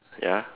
ya